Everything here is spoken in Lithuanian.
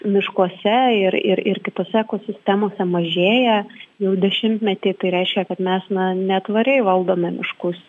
miškuose ir ir ir kitose ekosistemose mažėja jau dešimtmetį tai reiškia kad mes na netvariai valdome miškus